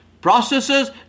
processes